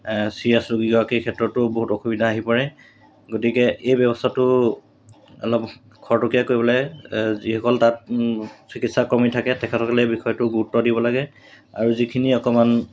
serious ৰোগীগৰাকীৰ ক্ষেত্ৰতো বহুত অসুবিধা আহি পৰে গতিকে এই ব্যৱস্থাটো অলপ খৰটকীয়া কৰিবলৈ যিসকল তাত চিকিৎসা কৰ্মী থাকে তেখেতসকলে এই বিষয়টো গুৰুত্ব দিব লাগে আৰু যিখিনি অকণমান